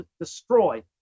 destroy